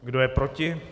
Kdo je proti?